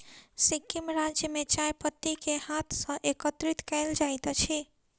सिक्किम राज्य में चाय पत्ती के हाथ सॅ एकत्रित कयल जाइत अछि